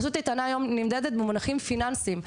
שרשות איתנה נמדדת היום במונחים פיננסיים.